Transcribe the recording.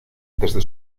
desde